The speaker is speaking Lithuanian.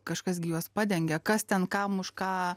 kažkas gi juos padengia kas ten kam už ką